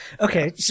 Okay